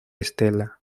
estela